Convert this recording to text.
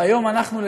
והיום אנחנו,